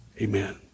Amen